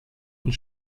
und